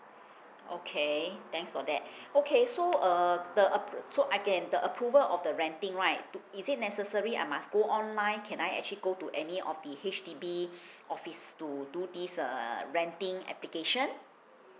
okay thanks for that okay so err the ap~ so I can the approval of the renting right to is it necessary I must go online can I actually go to any of the H_D_B office to do this uh renting application